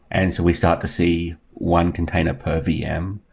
and so we start to see one container per vm.